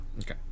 Okay